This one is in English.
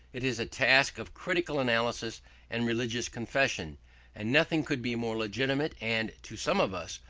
it is a task of critical analysis and religious confession and nothing could be more legitimate and, to some of us,